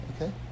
okay